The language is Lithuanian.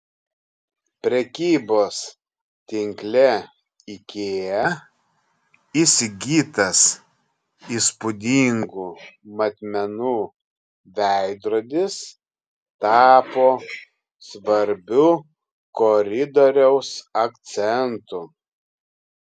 prekybos tinkle ikea įsigytas įspūdingų matmenų veidrodis tapo svarbiu koridoriaus akcentu